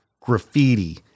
graffiti